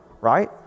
right